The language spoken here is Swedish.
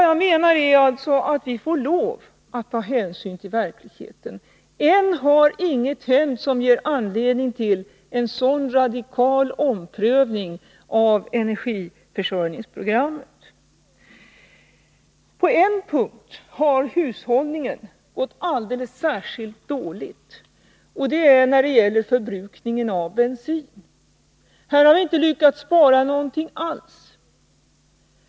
Jag menar att vi får lov att ta hänsyn till verkligheten. Än har inget hänt som ger anledning till en så radikal omprövning av energiförsörjningsprogrammet. På en punkt har hushållningen gått alldeles särskilt dåligt, och det är när det gäller förbrukningen av bensin. Här har vi inte lyckats spara någonting alls.